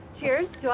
Cheers